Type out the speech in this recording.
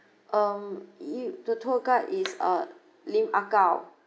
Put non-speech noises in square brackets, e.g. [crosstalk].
um [noise] the tour guide is uh Lim Ah Kow